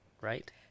right